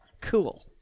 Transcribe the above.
Cool